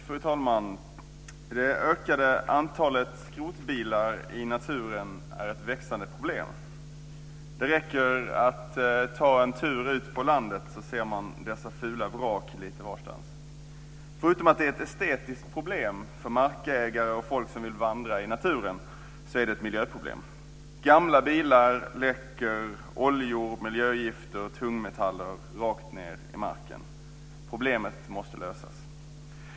Fru talman! Det ökade antalet skrotbilar i naturen är ett växande problem. Det räcker att ta en tur ut på landet så ser man dessa fula vrak lite varstans. Förutom att det är ett estetiskt problem för markägare och folk som vill vandra i naturen är det ett miljöproblem. Gamla bilar läcker oljor, miljögifter och tungmetaller rakt ned i marken. Problemet måste lösas.